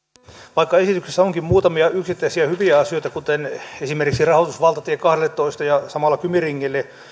vaikka esityksessä onkin muutamia yksittäisiä hyviä asioita kuten esimerkiksi rahoitus valtatie kahdelletoista ja samalla kymi ringille